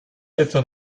etwa